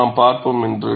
நாம் பார்ப்போம் என்று